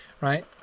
Right